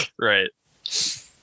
Right